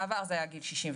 בעבר זה היה גיל 62,